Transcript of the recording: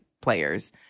players